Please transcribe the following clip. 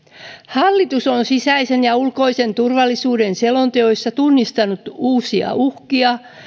hallitus on sisäisen ja ulkoisen turvallisuuden selonteoissa tunnistanut uusia uhkia